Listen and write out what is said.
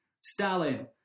Stalin